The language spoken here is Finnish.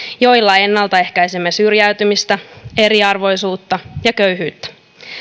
joilla ennaltaehkäisemme syrjäytymistä eriarvoisuutta ja köyhyyttä